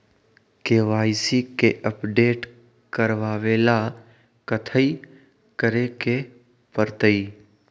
KYC के update करवावेला कथि करें के परतई?